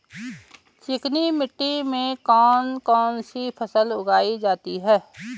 चिकनी मिट्टी में कौन कौन सी फसल उगाई जाती है?